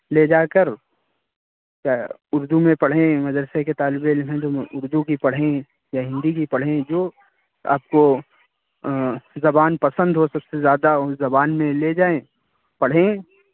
لے جا کر اردو میں پڑھیں مدرسے کے طالب علم ہیں تو اردو کی پڑھیں یا ہندی کی پڑھیں جو آپ کو زبان پسند ہو سب سے زیادہ اس زبان میں لے جائیں پڑھیں